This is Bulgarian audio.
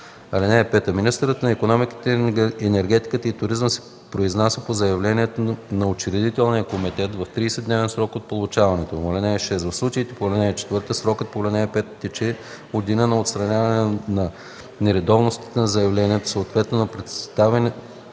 2 и 3. (5) Министърът на икономиката, енергетиката и туризма се произнася по заявлението на учредителния комитет в 30-дневен срок от получаването му. (6) В случаите по ал. 4 срокът по ал. 5 тече от деня на отстраняване на нередовностите на заявлението, съответно на представянето